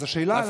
השאלה,